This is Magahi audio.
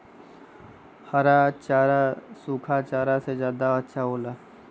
हरा चारा सूखा चारा से का ज्यादा अच्छा हो ला?